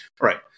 right